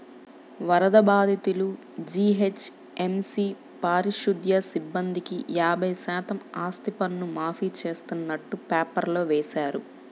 వరద బాధితులు, జీహెచ్ఎంసీ పారిశుధ్య సిబ్బందికి యాభై శాతం ఆస్తిపన్ను మాఫీ చేస్తున్నట్టు పేపర్లో వేశారు